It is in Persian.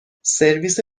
سرویس